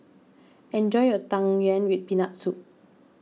enjoy your Tang Yuen with Peanut Soup